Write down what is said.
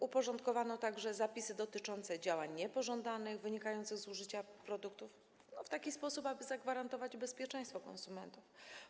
Uporządkowano także zapisy dotyczące działań niepożądanych wynikających z użycia produktów w taki sposób, aby zagwarantować bezpieczeństwo konsumentów.